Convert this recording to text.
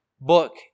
book